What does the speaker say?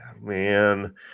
Man